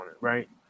right